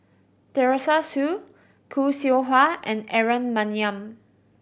Teresa Hsu Khoo Seow Hwa and Aaron Maniam